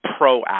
proactive